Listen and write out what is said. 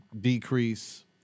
decrease